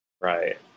Right